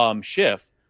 Schiff